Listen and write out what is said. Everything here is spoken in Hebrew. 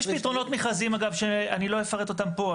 יש פתרונות מכרזיים אגב שאני לא אפרט אותם פה,